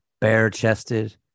Bare-chested